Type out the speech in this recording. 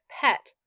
pet